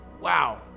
Wow